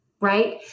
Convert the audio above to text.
right